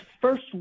first